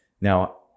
Now